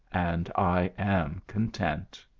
and i am content.